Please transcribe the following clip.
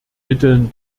mitteln